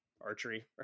archery